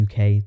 UK